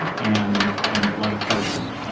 and and a lot of folks,